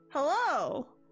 hello